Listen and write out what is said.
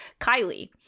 Kylie